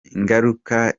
ingaruka